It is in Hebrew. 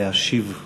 להשיב למציעים.